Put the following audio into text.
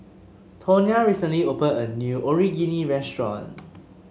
Tawnya recently opened a new restaurant